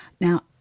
Now